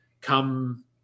Come